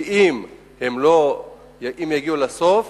כי אם יגיעו לסוף,